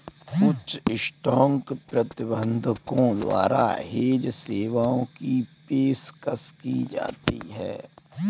कुछ स्टॉक प्रबंधकों द्वारा हेज सेवाओं की पेशकश की जाती हैं